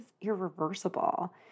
irreversible